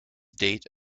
date